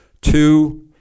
two